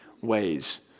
ways